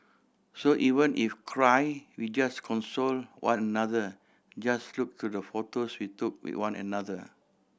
so even if cry we just console one another just look through the photos we took with one another